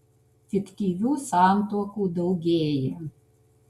fiktyvių santuokų daugėja